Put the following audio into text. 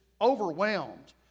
overwhelmed